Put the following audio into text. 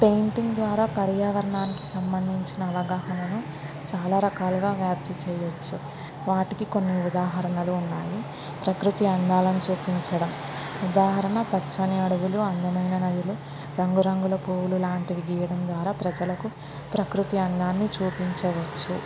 painting ద్వారా పర్యావరణానికి సంబంధించిన అవగాహనను చాలా రకాలుగా వ్యాప్తి చెయ్యొచ్చు వాటికి కొన్ని ఉదాహరణలు ఉన్నాయి ప్రకృతి అందాలను చూపించడం ఉదాహరణ పచ్చని అడవులు అందమైన నదులు రంగురంగుల పువ్వులు లాంటివి గీయడం ద్వారా ప్రజలకు ప్రకృతి అందాన్ని చూపించవచ్చు